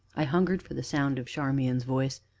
i hungered for the sound of charmian's voice,